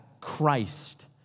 Christ